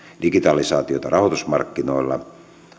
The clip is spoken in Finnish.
digitalisaatiota rahoitusmarkkinoilla